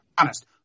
honest